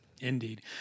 Indeed